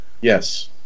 Yes